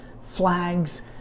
flags